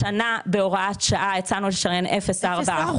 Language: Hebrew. השנה בהוראת שעה הצענו לשריין 0.4%,